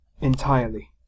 Entirely